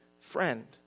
Friend